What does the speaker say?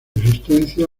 existencia